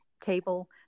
table